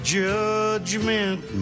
judgment